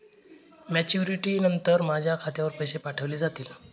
Maturity नंतर माझ्या खात्यावर पैसे पाठविले जातील?